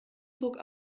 zog